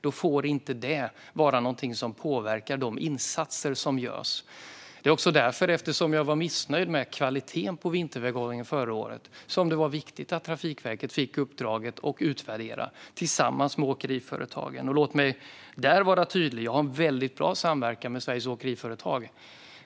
Det får inte vara någonting som påverkar de insatser som görs. Eftersom jag var missnöjd med kvaliteten på vinterväghållningen förra året fick Trafikverket uppdraget att utvärdera detta tillsammans med åkeriföretagen. Låt mig vara tydlig. Jag har en väldigt bra samverkan med Sveriges Åkeriföretag.